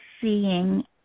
seeing